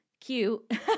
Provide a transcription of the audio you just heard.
cute